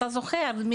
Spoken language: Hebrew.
אתה זוכר,